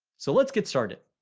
so, let's get started.